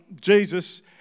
Jesus